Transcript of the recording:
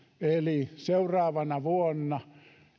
eli seuraavana vuonna